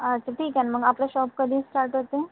अच्छा ठीक आहे ना मग आपलं शॉप कधी स्टार्ट होतं